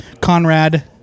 Conrad